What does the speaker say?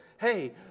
hey